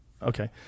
Okay